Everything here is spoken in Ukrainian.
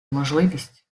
можливість